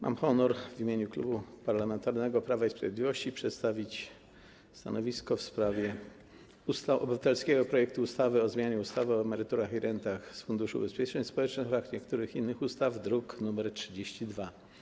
Mam honor w imieniu Klubu Parlamentarnego Prawa i Sprawiedliwości przedstawić stanowisko w sprawie obywatelskiego projektu ustawy o zmianie ustawy o emeryturach i rentach z Funduszu Ubezpieczeń Społecznych oraz niektórych innych ustaw, druk nr 32.